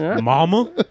Mama